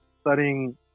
studying